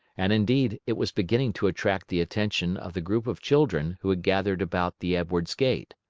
and, indeed, it was beginning to attract the attention of the group of children who had gathered about the edwards gate.